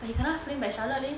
but he kena flame by charlotte leh